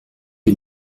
que